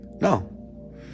no